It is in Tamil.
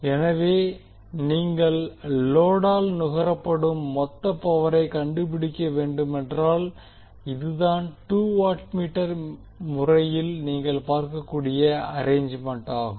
எனவே நீங்கள் லோடால் நுகரப்படும் மொத்த பவரை கண்டுபிடிக்க வேண்டுமென்றால் இதுதான் டூ வாட் மீட்டர் முறையில் நீங்கள் பார்க்கக்கூடிய அர்ரேஞ்மென்ண்டாகும்